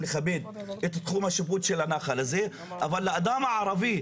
לכבד את תחום השיפוט של הנחל הזה' אבל לאדם הערבי,